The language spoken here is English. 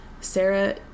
Sarah